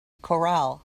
corral